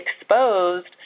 exposed